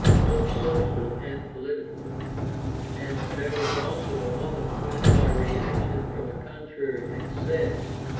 both social and political as there was also a moment when, by reaction from a contrary excess,